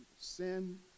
sin